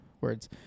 words